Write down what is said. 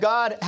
God